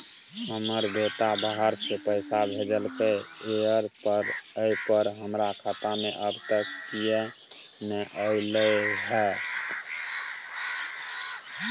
हमर बेटा बाहर से पैसा भेजलक एय पर हमरा खाता में अब तक किये नाय ऐल है?